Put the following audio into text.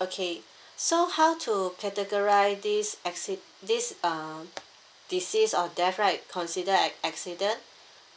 okay so how to categorise this acci~ this um decease or death right consider as accident